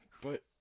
But-